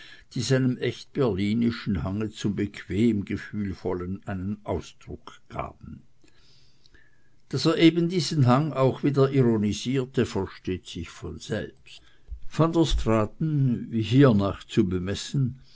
die seinem echt berlinischen hange zum bequem gefühlvollen einen ausdruck gaben daß er eben diesen hang auch wieder ironisierte versteht sich von selbst van der straaten wie hiernach zu bemessen